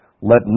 Let